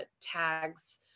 tags